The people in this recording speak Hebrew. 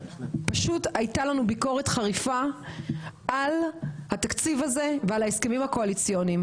הייתה לנו ביקורת חריפה על התקציב הזה ועל ההסכמים הקואליציוניים.